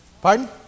Pardon